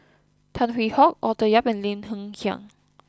Tan Hwee Hock Arthur Yap and Lim Hng Kiang